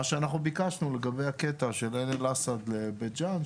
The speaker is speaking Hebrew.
מה שאנחנו ביקשנו לגבי הקטע של עין אל אסד לבית ג'ן,